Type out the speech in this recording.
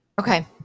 Okay